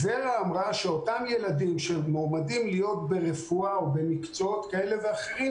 ור"ה אמרה שאותם ילדים שמועמדים להיות ברפואה או במקצועות כאלה ואחרים